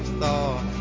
thought